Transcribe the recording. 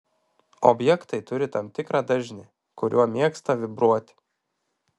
objektai turi tam tikrą dažnį kuriuo mėgsta vibruoti